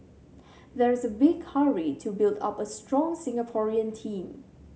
there's a big hurry to build up a strong Singaporean team